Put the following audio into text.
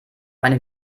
eine